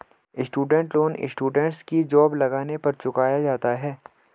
student loan students की job लगने पर चुकाया जाता है